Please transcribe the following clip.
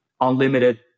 unlimited